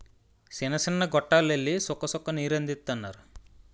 సిన్న సిన్న గొట్టాల్లెల్లి సుక్క సుక్క నీరందిత్తన్నారు